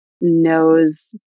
knows